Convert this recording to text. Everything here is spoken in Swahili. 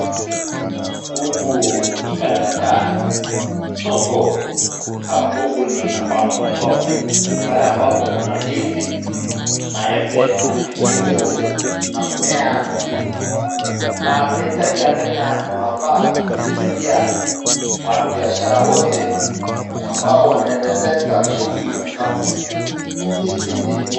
Huku ni katika soko ama huku ni kwa mama mboga . Pale ambapo Kuna ndizi , maende , vitunguu na mimea mingine . Serikali ya Kenya unafaa kusaidia wafanyabiashara wote ambao wanaendeleza shughuli kama hizi nchini humu.